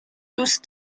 دوست